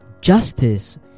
Justice